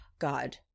God